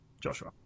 Joshua